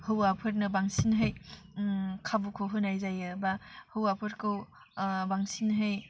हौवाफोरनो बांसिनहै खाबुखौ होनाय जायो बा हौवाफोरखौ बांसिनहै